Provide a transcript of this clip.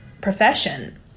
profession